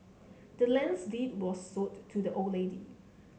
the land's deed was sold to the old lady